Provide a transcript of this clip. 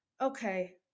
okay